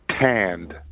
tanned